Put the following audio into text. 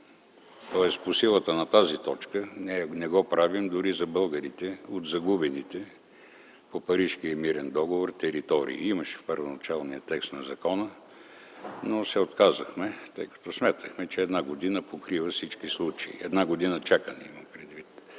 По силата на тази точка не го правим дори за българите от загубените по Парижкия мирен договор територии. Имаше го в първоначалния текст на закона, но се отказахме, тъй като сметнахме, че една година чакане покрива всички случаи. Не го направихме